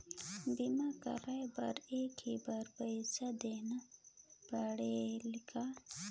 बीमा कराय बर एक ही बार पईसा देना पड़ही का?